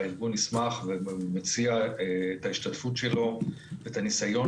הארגון ישמח ומציע את ההשתתפות שלו ואת הניסיון